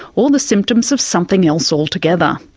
or the symptoms of something else altogether.